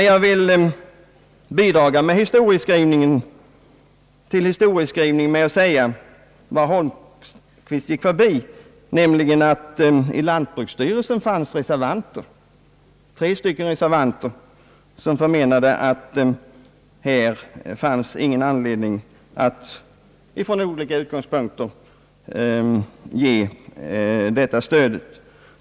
Jag vill dessutom bidraga till historieskrivningen med en uppgift som herr Holmqvist gick förbi, nämligen att det i lantbruksstyrelsen fanns tre reservanter som ansåg att det från olika utgångspunkter inte var motiverat att ge detta stöd.